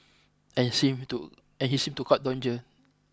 and he seemed to and he seemed to court danger